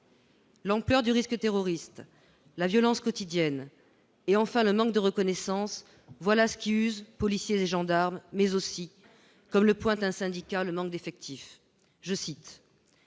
L'ampleur du risque terroriste, la violence quotidienne et, enfin, le manque de reconnaissance, voilà ce qui use policiers et gendarmes ! Il y a aussi, comme le pointe un syndicat, le manque d'effectifs :«